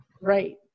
Right